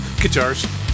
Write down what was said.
Guitars